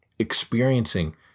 experiencing